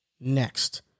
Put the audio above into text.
next